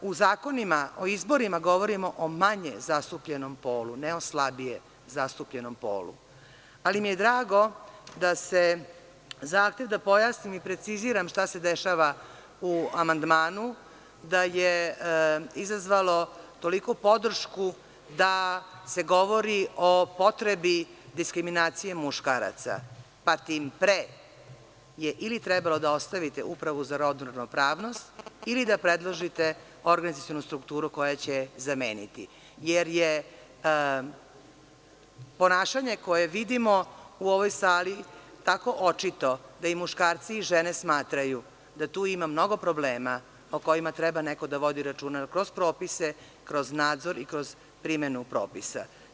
U zakonima o izborima govorimo o manje zastupljenom polu, ne slabije zastupljenom polu, ali mi je drago da se zahtev da pojasnim i preciziram šta se dešava u amandmanu, da je izazvalo toliku podršku da se govori o potrebi diskriminacije muškaraca, a tim pre je ili trebalo da ostavite Upravu za rodnu ravnopravnost ili da predložite organizacionu strukturu koja će je zameniti, jer je ponašanje koje vidimo u ovoj sali tako očito da i muškarci i žene smatraju da tu ima mnogo problema o kojima treba neko da vodi računa kroz propise, kroz nadzor i kroz primenu propisa.